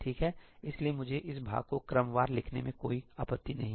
इसलिए मुझे इस भाग को क्रमवार लिखने में कोई आपत्ति नहीं है